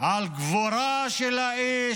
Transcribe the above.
על גבורה של האיש,